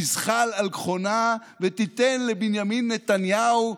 תזחל על גחונה ותיתן לבנימין נתניהו,